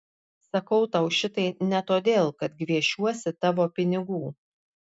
sakau tau šitai ne todėl kad gviešiuosi tavo pinigų